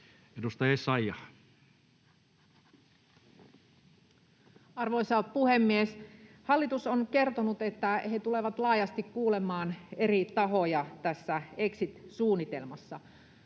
Edustaja Essayah. Arvoisa puhemies! Hallitus on kertonut, että se tulee laajasti kuulemaan eri tahoja tässä exit-suunnitelmassa.